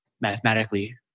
mathematically